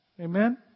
Amen